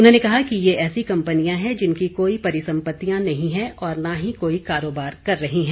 उन्होंने कहा कि ये ऐसी कम्पनियां हैं जिनकी कोई परिसम्पतियां नहीं हैं और न ही कोई कारोबार कर रही हैं